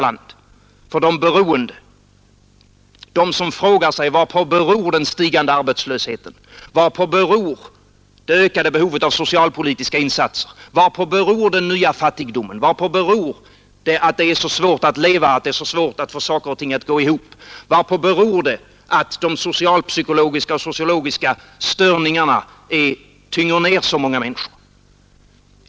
Den skulle kunna vägleda den som frågar sig: Varpå beror den stigande arbetslösheten, det ökade behovet av socialpolitiska insatser, den nya fattigdomen, svårigheterna att leva och att få saker och ting att gå ihop och varpå beror de socialpsykologiska och sociologiska störningar som tynger ned så många människor?